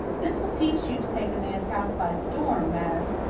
this will teach you to take a man's house by storm, madam!